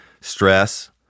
Stress